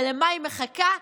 ולמה היא מחכה?